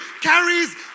carries